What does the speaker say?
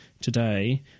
today